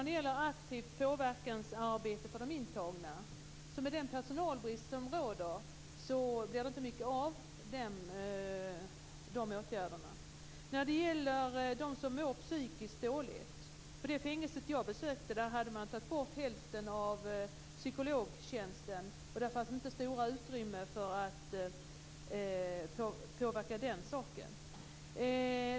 Det aktiva påverkansarbetet för de intagna blir det inte mycket av med den personalbrist som råder. När det gäller dem som mår psykiskt dåligt vill jag säga att på det fängelse som jag besökte hade man tagit bort hälften av psykologtjänsterna, och där fanns inte stora utrymmen för att påverka den saken.